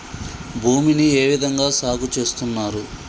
భూమిని ఏ విధంగా సాగు చేస్తున్నారు?